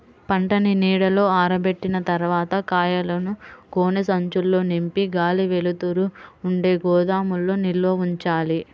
పంటని నీడలో ఆరబెట్టిన తర్వాత కాయలను గోనె సంచుల్లో నింపి గాలి, వెలుతురు ఉండే గోదాముల్లో నిల్వ ఉంచాలి